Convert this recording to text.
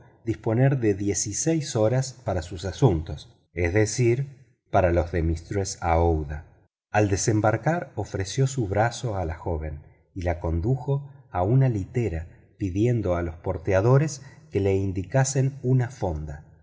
disponer de dieciséis horas para sus asuntos es decir para los de aouida al desembarcar ofreció su brazo a la joven y la condujo a una litera pidiendo a los porteadores que le indicasen una fonda